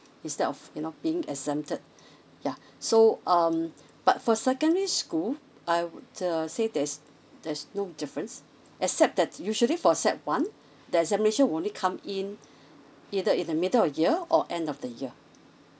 instead of you know being exempted yeuh so um but for secondary school I would say there's there's no difference except that usually for sec one the examination will only come in either in the middle of year or end of the year